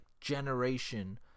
generation